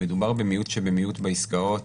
מדובר במיעוט שבמיעוט בעסקאות.